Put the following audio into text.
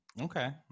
Okay